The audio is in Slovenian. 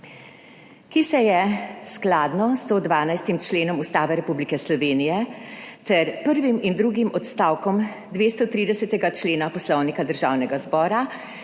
ki se je skladno s 112. členom Ustave Republike Slovenije ter prvim in drugim odstavkom 230. člena Poslovnika Državnega zbora,